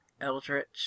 Eldritch